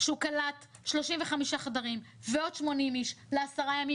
קלט 35 חדרים ועוד 80 איש לעשרה ימים,